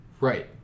Right